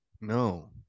No